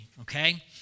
Okay